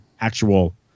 actual